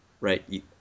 right